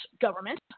government